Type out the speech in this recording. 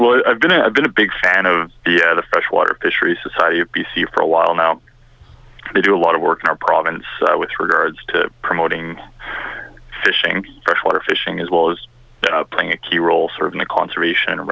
well i've been i've been a big fan of the freshwater fishery society of b c for a while now they do a lot of work in our province with regards to promoting fishing freshwater fishing as well as playing a key role sort of in the conservation